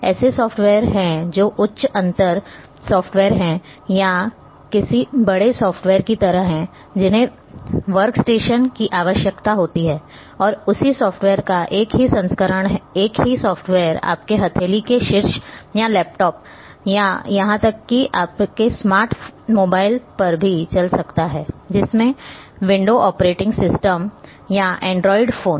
ऐसे सॉफ़्टवेयर हैं जो उच्च अंत सॉफ़्टवेयर हैं या किसी बड़े सॉफ़्टवेयर की तरह हैं जिन्हें वर्कस्टेशन की आवश्यकता होती है और उसी सॉफ़्टवेयर का एक ही संस्करण एक ही सॉफ़्टवेयर आपके हथेली के शीर्ष या लैपटॉप या यहां तक कि आपके स्मार्ट मोबाइल पर भी चल सकता है जिसमें विंडो ऑपरेटिंग सिस्टम या एंड्राइड फोन